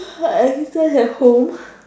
is Claire at home